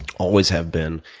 always have been,